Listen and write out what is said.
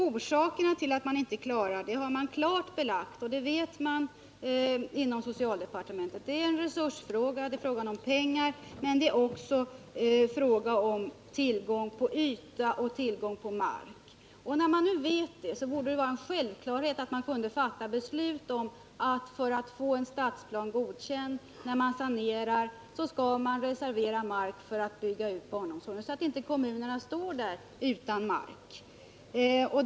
Orsakerna härtill är klart belagda, och det vet man inom socialdepartementet. Det är en resursfråga. Det är fråga om pengar, men det är också fråga om tillgång på yta och tillgång på mark. När man nu vet detta, borde det vara självklart att man fattar beslut om att föratt en stadsplan skall bli godkänd skall vid planeringen mark reserveras för utbyggnad av barnomsorgen, så att inte kommunerna står där utan mark.